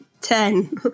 ten